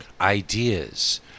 Ideas